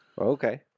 Okay